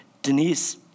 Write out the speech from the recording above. Denise